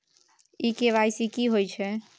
इ के.वाई.सी की होय छै?